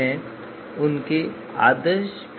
तो अब हम चरण 3 की ओर बढ़ते हैं